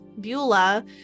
Beulah